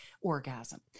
orgasm